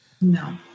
no